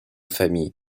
famille